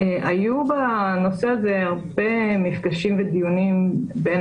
היו בנושא הזה הרבה מפגשים ודיונים בין